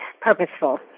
purposeful